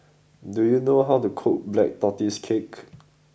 do you know how to cook Black Tortoise Cake